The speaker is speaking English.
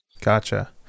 Gotcha